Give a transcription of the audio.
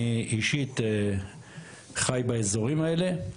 אני אישית חי באזורים האלה,